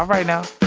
right now